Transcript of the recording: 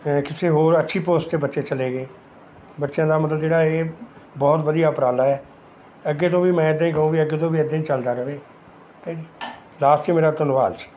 ਕਿਸੇ ਹੋਰ ਅੱਛੀ ਪੋਸਟ 'ਤੇ ਬੱਚੇ ਚਲੇ ਗਏ ਬੱਚਿਆਂ ਦਾ ਮਤਲਬ ਜਿਹੜਾ ਇਹ ਬਹੁਤ ਵਧੀਆ ਉਪਰਾਲਾ ਹੈ ਅੱਗੇ ਤੋੋਂ ਵੀ ਮੈਂ ਇੱਦਾਂ ਹੀ ਕਹੂੰ ਵੀ ਅੱਗੇ ਤੋਂ ਵੀ ਇੱਦਾਂ ਹੀ ਚੱਲਦਾ ਰਹੇ ਠੀਕ ਹੈ ਜੀ ਲਾਸਟ 'ਚ ਮੇਰਾ ਧੰਨਵਾਦ